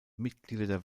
mitglieder